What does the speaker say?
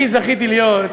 אני זכיתי להיות,